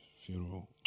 funeral